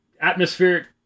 Atmospheric